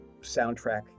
soundtrack